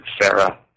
Sarah